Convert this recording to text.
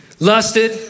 lusted